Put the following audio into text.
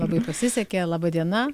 labai pasisekė laba diena